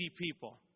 people